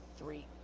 Three